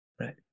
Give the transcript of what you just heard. Right